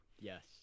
yes